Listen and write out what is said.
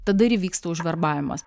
tada ir įvyksta užverbavimas